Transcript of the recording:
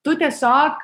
tu tiesiog